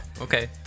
okay